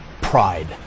Pride